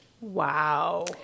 Wow